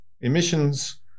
emissions